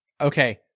okay